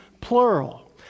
plural